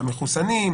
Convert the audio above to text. המחוסנים,